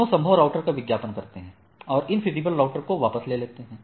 दोनों संभव राउटर का विज्ञापन करते हैं और infeasible राउटर को वापस लेते हैं